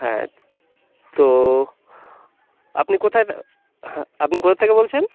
হ্যাঁ তো আপনি কোথায় থা হ্যাঁ আপনি কোথা থেকে বলছেন